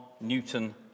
Newton